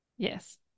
Yes